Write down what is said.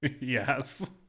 Yes